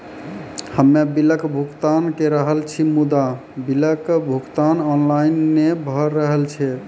हम्मे बिलक भुगतान के रहल छी मुदा, बिलक भुगतान ऑनलाइन नै भऽ रहल छै?